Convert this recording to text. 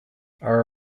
are